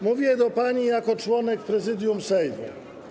Mówię do pani jako członek Prezydium Sejmu.